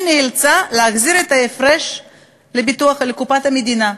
היא נאלצה להחזיר את ההפרש לקופת המדינה.